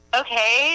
okay